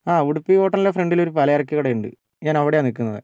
ആ ഉഡുപ്പി ഹോട്ടലിൻ്റെ ഫ്രണ്ടിലൊരു പലചരക്ക് കടയുണ്ട് ഞാനവിടെയാണ് നിൽക്കുന്നത്